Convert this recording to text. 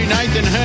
Nathan